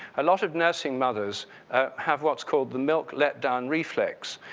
a lot of nursing mothers have what's called the milk let down reflex,